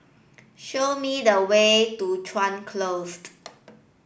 show me the way to Chuan Closed